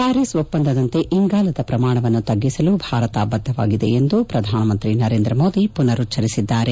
Paris ಒಪ್ಪಂದದಂತೆ ಇಂಗಾಲದ ಪ್ರಮಾಣವನ್ನು ತಗ್ಗಿಸಲು ಭಾರತ ಬದ್ದವಾಗಿದೆ ಎಂದು ಪ್ರಧಾನಮಂತ್ರಿ ನರೇಂದ್ರ ಮೋದಿ ಪುನರುಚ್ಚರಿಸಿದ್ದಾರೆ